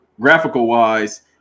graphical-wise